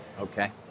Okay